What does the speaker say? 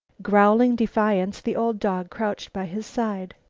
growling defiance, the old dog crouched by his side.